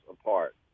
apart